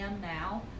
now